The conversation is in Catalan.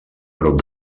prop